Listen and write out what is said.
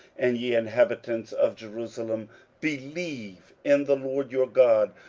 and ye inhabitants of jerusalem believe in the lord your god,